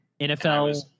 NFL